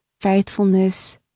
faithfulness